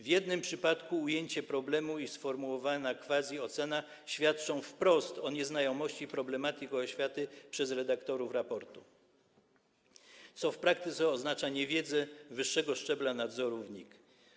W jednym przypadku ujęcie problemu i sformułowana quasi-ocena świadczą wprost o nieznajomości problematyki oświaty przez redaktorów raportu, co w praktyce oznacza niewiedzę wyższego szczebla nadzoru w NIK.